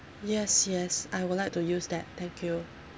yes yes I would like to use that thank you